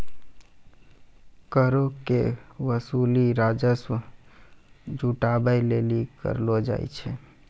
करो के वसूली राजस्व जुटाबै लेली करलो जाय छै